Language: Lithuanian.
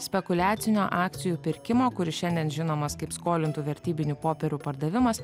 spekuliacinio akcijų pirkimo kuris šiandien žinomas kaip skolintų vertybinių popierių pardavimas